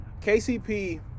KCP